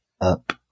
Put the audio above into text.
up